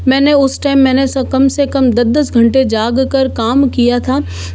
मैंने उस टाइम मैंने स कम से कम दस दस घंटे जागकर काम किया था